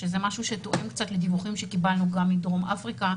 שזה משהו שתואם לדיווחים שקיבלנו גם מדרום אפריקה,